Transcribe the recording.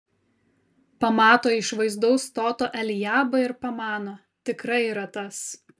pamato išvaizdaus stoto eliabą ir pamano tikrai yra tas